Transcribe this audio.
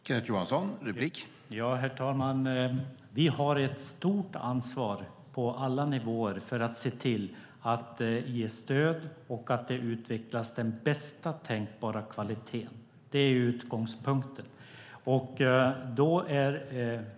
Herr talman! Vi har ett stort ansvar på alla nivåer för att ge stöd så att den bästa tänkbara kvaliteten utvecklas. Det är utgångspunkten.